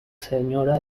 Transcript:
señora